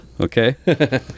okay